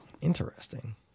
Interesting